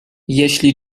jeśli